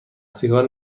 سیگار